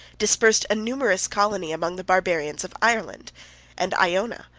dispersed a numerous colony among the barbarians of ireland and iona,